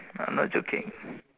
I'm not joking